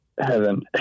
heaven